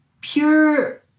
pure